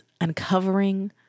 uncovering